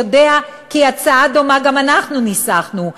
יודע כי הצעה דומה גם אנחנו ניסחנו,